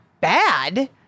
bad